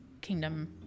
kingdom